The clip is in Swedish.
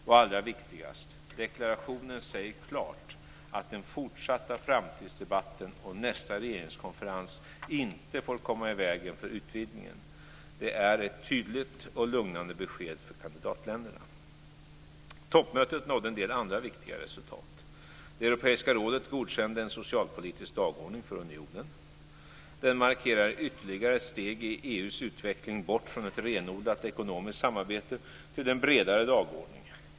Det allra viktigaste är att deklarationen klart säger att den fortsatta framtidsdebatten och nästa regeringskonferens inte får komma i vägen för utvidgningen. Det är ett tydligt och lugnande besked för kandidatländerna. Toppmötet nådde en del andra viktiga resultat. Det europeiska rådet godkände en socialpolitisk dagordning för unionen. Den markerar ytterligare ett steg i EU:s utveckling bort från ett renodlat ekonomiskt samarbete till en bredare dagordning.